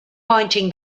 pointing